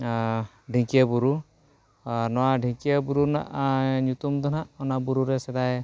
ᱟᱨ ᱰᱷᱤᱠᱤᱭᱟᱹ ᱵᱩᱨᱩ ᱟᱨ ᱱᱚᱣᱟ ᱰᱷᱤᱠᱤᱭᱟᱹ ᱵᱩᱨᱩ ᱨᱮᱱᱟᱜ ᱧᱩᱛᱩᱢ ᱫᱚ ᱱᱟᱦᱟᱜ ᱚᱱᱟ ᱵᱩᱨᱩ ᱨᱮ ᱥᱮᱫᱟᱭ